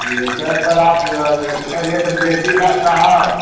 रेटे पर आप जो है कए रेट में बेची ला साहब